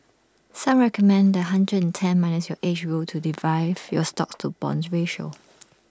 some recommend the hundred and ten minus your age rule to derive your stocks to bonds ratio